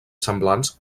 semblants